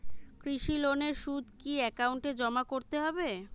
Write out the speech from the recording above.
কৃষি লোনের সুদ কি একাউন্টে জমা করতে হবে?